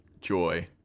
joy